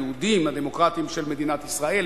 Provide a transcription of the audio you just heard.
היהודיים הדמוקרטיים של מדינת ישראל,